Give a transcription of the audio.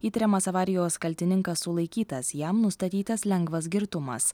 įtariamas avarijos kaltininkas sulaikytas jam nustatytas lengvas girtumas